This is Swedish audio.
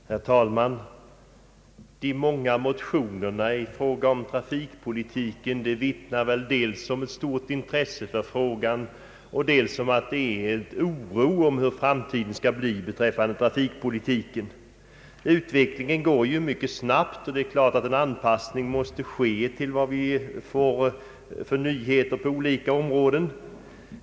Herr talman! De många motionerna i fråga om trafikpolitiken vittnar väl dels om att det finns stort intresse för frågan, dels om att det råder oro för hur framtiden skall bli beträffande trafikpolitiken. Utvecklingen går ju mycket snabbt, och det är klart att det måste bli en anpassning till de nyheter vi får på olika områden.